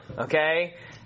Okay